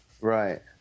Right